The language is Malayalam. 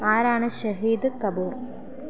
ആരാണ് ഷെഹീദ് കപൂർ